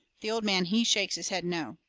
the old man, he shakes his head, no.